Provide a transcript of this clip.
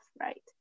right